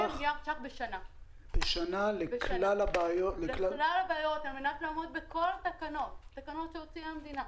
שני מיליארד שקל בשנה כדי לעמוד בכל התקנות שהוציאה המדינה.